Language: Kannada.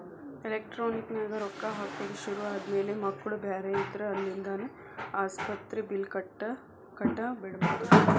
ಎಲೆಕ್ಟ್ರಾನಿಕ್ ನ್ಯಾಗ ರೊಕ್ಕಾ ಹಾಕೊದ್ ಶುರು ಆದ್ಮ್ಯಾಲೆ ಮಕ್ಳು ಬ್ಯಾರೆ ಇದ್ರ ಅಲ್ಲಿಂದಾನ ಆಸ್ಪತ್ರಿ ಬಿಲ್ಲ್ ಕಟ ಬಿಡ್ಬೊದ್